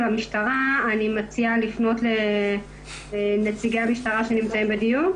המשטרה אני מציעה לפנות לנציגי המשטרה שנמצאים בדיון.